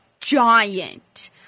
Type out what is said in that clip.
giant